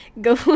go